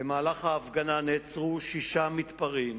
במהלך ההפגנה נעצרו שישה מתפרעים,